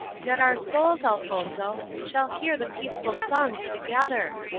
yet our souls, elfonzo, shall hear the peaceful songs together.